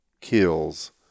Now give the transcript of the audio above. kills